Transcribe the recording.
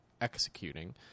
executing